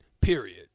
Period